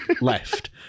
left